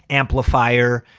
amplifier,